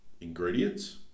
ingredients